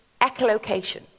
echolocation